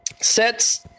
sets